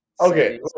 okay